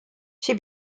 she